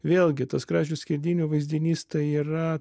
vėlgi tas kražių skerdynių vaizdinys tai yra